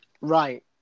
Right